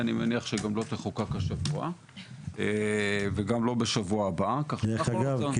אני מניח שהיא גם לא תחוקק השבוע וגם לא בשבוע הבא --- דרך אגב,